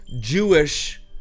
Jewish